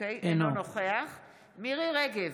אינו נוכח מירי מרים רגב,